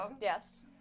Yes